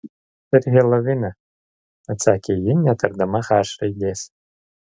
per heloviną atsakė ji netardama h raidės